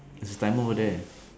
there's a timer over there